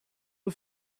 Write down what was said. eux